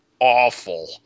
awful